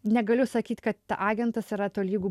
negaliu sakyt kad agentas yra tolygu